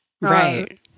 right